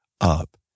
up